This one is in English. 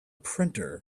printer